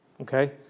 okay